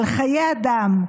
על חיי אדם.